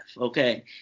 okay